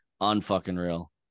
Un-fucking-real